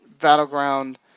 Battleground